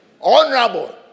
Honorable